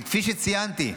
וכפי שציינתי,